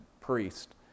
priest